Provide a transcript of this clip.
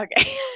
Okay